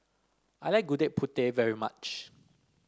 I like Gudeg Putih very much